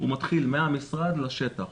הוא מתחיל מהמשרד לשטח,